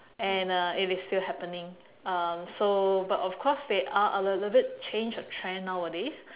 and uh it is still happening uh so but of course they are a little bit change of trend nowadays